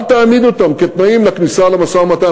אל תעמיד אותן כתנאים לכניסה למשא-ומתן.